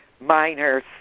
miners